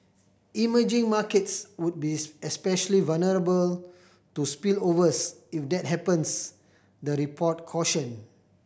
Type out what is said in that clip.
emerging markets would be especially vulnerable to spillovers if that happens the report cautioned